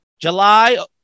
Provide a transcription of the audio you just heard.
July